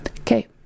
Okay